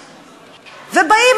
ובאים,